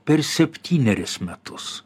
per septyneris metus